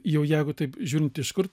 jau jeigu taip žiūrint iš kur